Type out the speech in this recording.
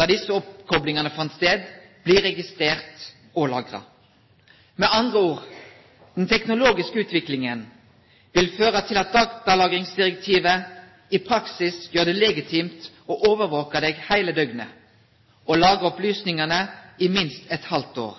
da disse oppkoblingene fant sted, bli registrert og lagret. Med andre ord: Den teknologiske utviklingen vil føre til at datalagringsdirektivet i praksis gjør det legitimt å overvåke en hele døgnet og lagre opplysningene i minst et halvt år.